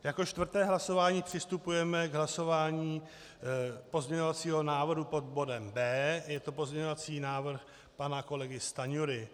Jako čtvrté hlasování přistupujeme k hlasování pozměňovacího návrhu pod bodem B. Je to pozměňovací návrh pana kolegy Stanjury.